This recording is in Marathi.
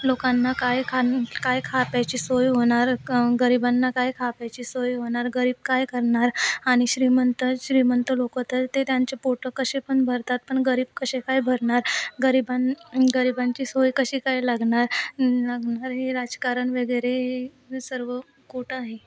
लोकांना काय खाणं काय खाप्याची सोय होणार क गरिबांना काय खाप्याची सोय होणार गरीब काय करणार आणि श्रीमंत श्रीमंत लोकं तर ते त्यांचे पोटं कसे पण भरतात पण गरीब कसे काय भरणार गरिबां गरिबांची सोय कशी काय लागणार लागणार हे राजकारण वगैरे हे सर्व खोटं आहे